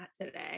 today